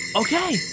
Okay